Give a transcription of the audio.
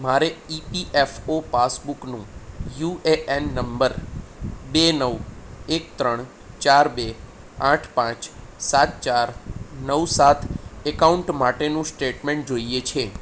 મારે ઇપીએફઓ પાસબુકનું UAN number બે નવ એક ત્રણ ચાર બે આઠ પાંચ સાત ચાર નવ સાત એકાઉન્ટ માટેનું સ્ટેટમેન્ટ જોઈએ છે